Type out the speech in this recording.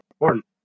important